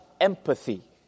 empathy